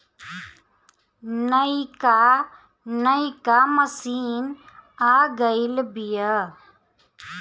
नइका नइका मशीन आ गइल बिआ